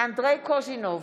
אנדרי קוז'ינוב,